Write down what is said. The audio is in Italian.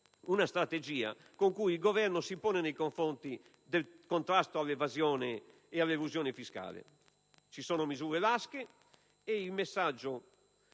la strategia con cui il Governo si pone nei confronti del contrasto all'evasione e all'elusione fiscale: ci sono misure lasche e il messaggio